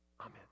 amen